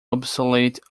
obsolete